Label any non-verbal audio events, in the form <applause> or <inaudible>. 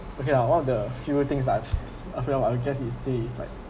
okay lah one of the few things that I <noise> I fear out I will guess is say is like